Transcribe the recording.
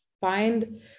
find